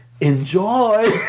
enjoy